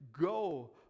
go